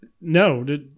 no